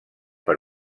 per